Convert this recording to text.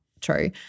true